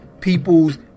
people's